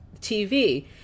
TV